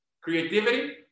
creativity